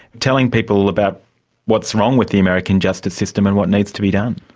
telling people about what's wrong with the american justice system and what needs to be done?